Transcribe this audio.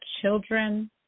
children